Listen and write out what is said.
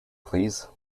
please